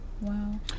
Wow